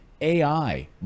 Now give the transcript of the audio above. ai